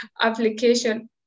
application